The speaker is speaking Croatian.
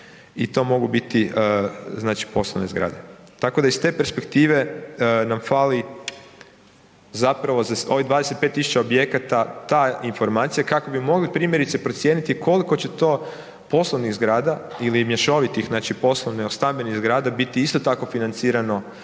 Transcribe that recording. i to mogu biti znači poslovne zgrade. Tako da iz te perspektive nam fali zapravo za ovih 25 tisuća objekata ta informacija kako bi mogli primjerice, procijeniti koliko će to poslovnih zgrada ili mješovitih, znači poslovno-stambenih zgrada biti isto tako financirano